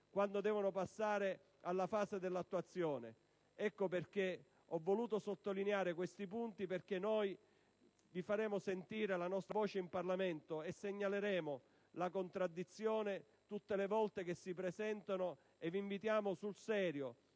di essere efficaci al momento dell'attuazione. Ecco perché ho voluto sottolineare questi punti: perché vi faremo sentire la nostra voce in Parlamento e segnaleremo le contraddizioni, tutte le volte che si presenteranno. Vi invitiamo sul serio